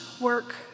work